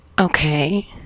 Okay